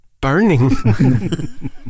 burning